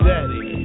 Daddy